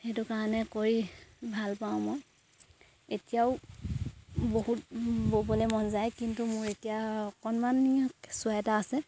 সেইটো কাৰণে কৰি ভাল পাওঁ মই এতিয়াও বহুত ব'বলে মন যায় কিন্তু মোৰ এতিয়া অকণমান কেঁচুৱা এটা আছে